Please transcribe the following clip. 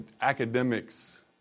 academics